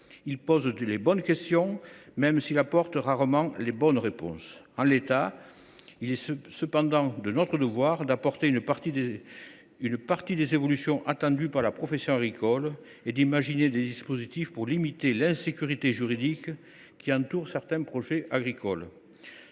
Il pose les bonnes questions, même s’il apporte rarement les bonnes réponses. En l’état, il est cependant de notre devoir d’apporter une partie des évolutions attendues par la profession agricole et d’imaginer des dispositifs pour limiter l’insécurité juridique qui entoure certains projets agricoles.